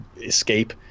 escape